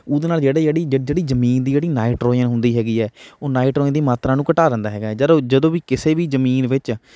ਉਹਦੇ ਨਾਲ ਜਿਹੜੇ ਜਿਹੜੀ ਜਿਹੜੀ ਜ਼ਮੀਨ ਦੀ ਜਿਹੜੀ ਨਾਈਟ੍ਰੋਜਨ ਹੁੰਦੀ ਹੈਗੀ ਹੈ ਉਹ ਨਾਈਟ੍ਰੋਜਨ ਇਹਦੀ ਮਾਤਰਾ ਨੂੰ ਘਟਾ ਦਿੰਦਾ ਹੈਗਾ ਜਦ ਜਦੋਂ ਵੀ ਕਿਸੇ ਵੀ ਜ਼ਮੀਨ ਵਿੱਚ